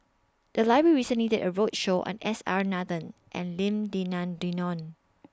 The Library recently did A roadshow on S R Nathan and Lim Denan Denon